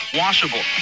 washable